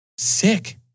Sick